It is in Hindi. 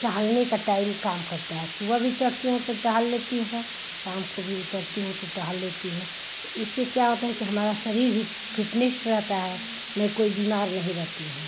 टहलने का टाइम काम करता है सुबह भी चढ़ती हूँ तो टहल लेती हूँ शाम को भी उतरती हूँ तो टहल लेती हूँ तो इससे क्या होता है कि हमारा शरीर भी फिटनेस रहता है मैं कोई बीमार नहीं रहती हूँ